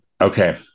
Okay